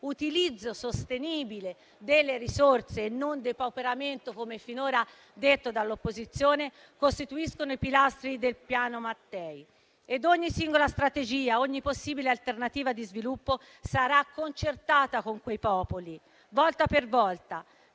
utilizzo sostenibile delle risorse e non depauperamento, come finora è stato detto dall'opposizione, costituiscono i pilastri del Piano Mattei. Ogni singola strategia, ogni possibile alternativa di sviluppo sarà concertata con quei popoli, volta per volta.